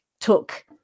took